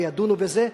וידונו בזה,